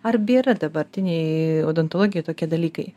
ar bėra dabartinėj odontologijoj tokie dalykai